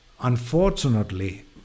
unfortunately